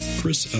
Chris